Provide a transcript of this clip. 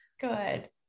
Good